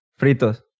Fritos